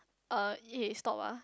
uh eh stop ah